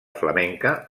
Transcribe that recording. flamenca